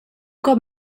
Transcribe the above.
cop